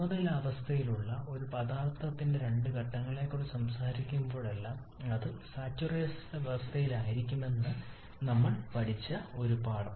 സമതുലിതാവസ്ഥയിലുള്ള ഒരു പദാർത്ഥത്തിന്റെ രണ്ട് ഘട്ടങ്ങളെക്കുറിച്ച് സംസാരിക്കുമ്പോഴെല്ലാം അത് സാച്ചുറേഷൻ അവസ്ഥയിലായിരിക്കണമെന്ന് നമ്മൾ പഠിച്ച ഒരു കാര്യം